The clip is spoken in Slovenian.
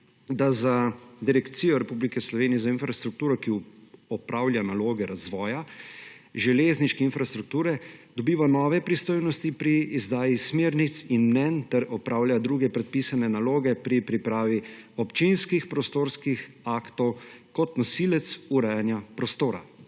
da Direkcija Republike Slovenije za infrastrukturo, ki opravlja naloge razvoja železniške infrastrukture, dobiva nove pristojnosti pri izdaji smernic in mnenj ter opravlja druge predpisane naloge pri pripravi občinskih prostorskih aktov kot nosilec urejanja prostora.